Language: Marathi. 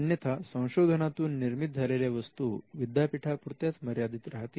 अन्यथा संशोधनातून निर्मित झालेल्या वस्तू विद्यापीठां पूरत्याच मर्यादित राहतील